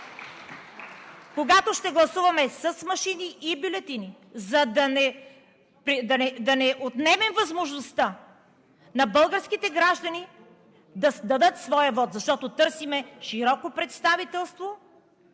когато ще гласуваме с машини и с бюлетини, за да не отнемем възможността на българските граждани да дадат своя вот. Защото търсим широко представителство